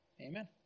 Amen